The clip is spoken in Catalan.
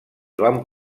van